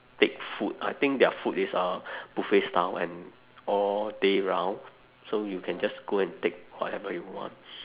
take food I think their food is uh buffet style and all day round so you can just go and take whatever you want